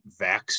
vax